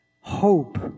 Hope